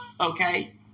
Okay